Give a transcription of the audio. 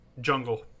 Jungle